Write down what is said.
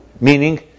Meaning